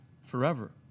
forever